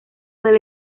del